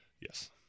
Yes